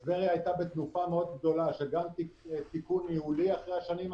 יש תקציב, החלטת הממשלה על תיירות מ-2012 תקציב